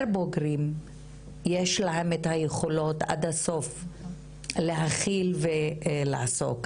בוגרים יש להם את היכולות עד הסוף להכיל ולעסוק.